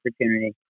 opportunity